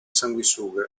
sanguisughe